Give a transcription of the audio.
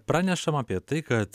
pranešama apie tai kad